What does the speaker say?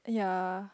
ya